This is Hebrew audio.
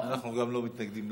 אנחנו גם לא מתנגדים,